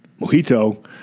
mojito